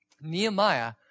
Nehemiah